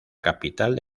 capital